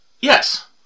Yes